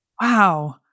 Wow